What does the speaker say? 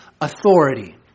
authority